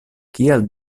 kial